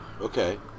Okay